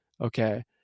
Okay